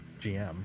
GM